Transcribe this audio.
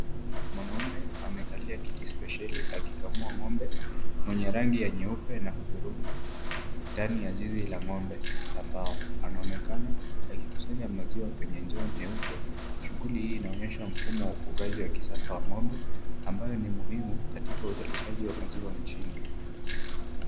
Mwanaume amekalia kiti spesheli akikamua ng'ombe mwenye rangi ya nyeupe na hudhurungi ndani ya zizi la ng'ombe la mbao. Anaonekana akikusanya maziwa kwenye ndoo nyeupe. Shughuli hii inaonyesha mfumo wa ufugaji wa kisasa wa ng'ombe ambayo ni muhimu katika uzalishaji wa maziwa nchini.